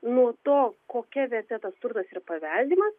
nuo to kokia verte tas turtas yra paveldimas